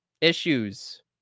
issues